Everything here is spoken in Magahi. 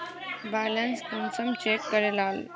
बैलेंस कुंसम चेक करे लाल?